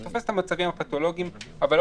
זה תופס את המצבים הפתולוגיים אבל לא